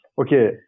Okay